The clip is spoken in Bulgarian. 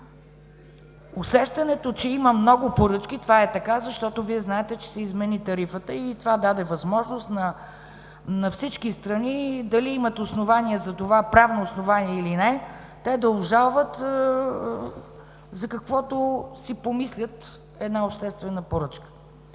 Усещането, че има много поръчки. Това е така, защото Вие знаете, че се измени тарифата и това даде възможност на всички страни – дали имат правно основание за това, или не, да обжалват за каквото си помислят една обществена поръчка.